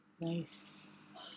Nice